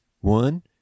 one